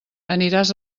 aniràs